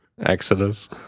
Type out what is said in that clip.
Exodus